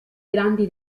grandi